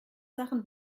sachen